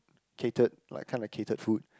catered like kinda catered food